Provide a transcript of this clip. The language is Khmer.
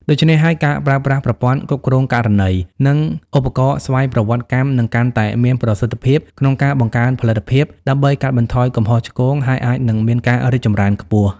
ដូច្នេះហើយ ការប្រើប្រាស់ប្រព័ន្ធគ្រប់គ្រងករណី និងឧបករណ៍ស្វ័យប្រវត្តិកម្ម នឹងកាន់តែមានប្រសិទ្ធភាពក្នុងការបង្កើនផលិតភាព ដើម្បីកាត់បន្ថយកំហុសឆ្គង ហើយអាចនិងមានការរីកចម្រើនខ្ពស់។